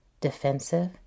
defensive